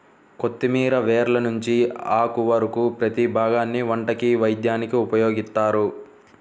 కొత్తిమీర వేర్ల నుంచి ఆకు వరకు ప్రతీ భాగాన్ని వంటకి, వైద్యానికి ఉపయోగిత్తారు